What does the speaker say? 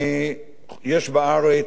יש בארץ אפשרות